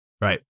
Right